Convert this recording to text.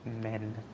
men